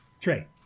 Trey